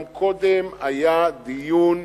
גם קודם היה דיון,